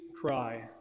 cry